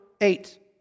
eight